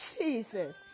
Jesus